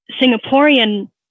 Singaporean